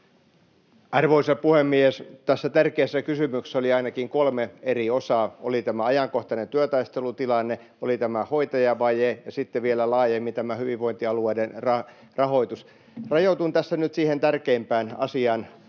Arvoisa puhemies! Tässä tärkeässä kysymyksessä oli ainakin kolme eri osaa: oli tämä ajankohtainen työtaistelutilanne, oli tämä hoitajavaje ja sitten vielä laajemmin tämä hyvinvointialueiden rahoitus. Rajoitun tässä nyt siihen tärkeimpään asiaan.